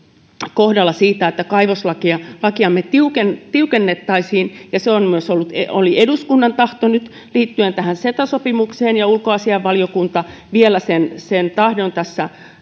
kohdalla siitä että kaivoslakiamme tiukennettaisiin ja se oli myös eduskunnan tahto liittyen tähän ceta sopimukseen ja ulkoasiainvaliokunta vielä sen sen tahdon tässä